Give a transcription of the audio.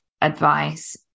advice